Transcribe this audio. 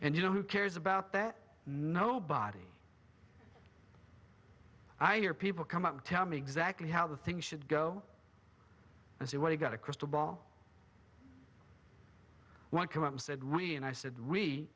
and you know who cares about that nobody i hear people come up and tell me exactly how the thing should go and see what i got a crystal ball one came up said we and i said we